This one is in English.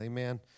Amen